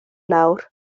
nawr